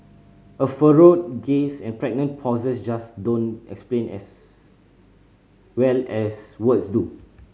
a furrowed gaze and pregnant pause just don't explain as well as words do